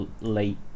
late